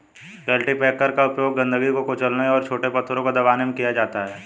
cultipacker का उपयोग गंदगी को कुचलने और छोटे पत्थरों को दबाने में किया जाता है